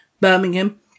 birmingham